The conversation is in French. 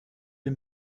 des